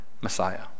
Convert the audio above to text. Messiah